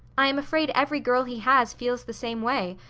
i am afraid every girl he has feels the same way,